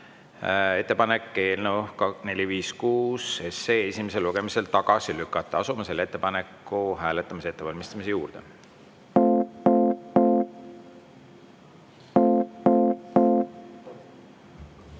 Ettepanek on eelnõu 456 esimesel lugemisel tagasi lükata. Asume selle ettepaneku hääletamise ettevalmistuse juurde.